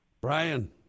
Brian